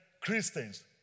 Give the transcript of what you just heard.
Christians